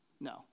No